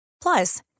Plus